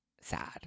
sad